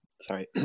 sorry